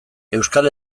euskal